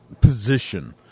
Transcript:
position